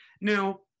Now